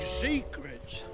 secrets